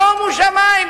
שומו שמים,